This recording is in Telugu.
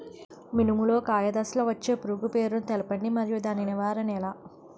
మినుము లో కాయ దశలో వచ్చే పురుగు పేరును తెలపండి? మరియు దాని నివారణ ఎలా?